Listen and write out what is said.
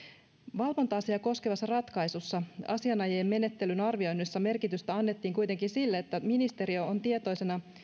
valvonta asiaa koskevassa ratkaisussa asianajajien menettelyn arvioinnissa merkitystä annettiin kuitenkin sille että ministeriö on tietoisena